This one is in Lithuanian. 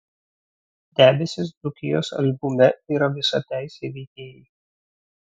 debesys dzūkijos albume yra visateisiai veikėjai